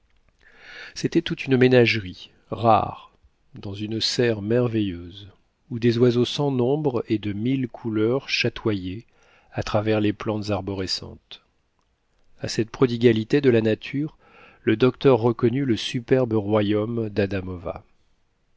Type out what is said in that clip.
c'était toute une ménagerie rare dans une serre merveilleuse où des oiseaux sans nombre et de mille couleurs chatoyaient à travers les plantes arborescentes a cette prodigalité de la nature le docteur reconnut le superbe royaume d'adamova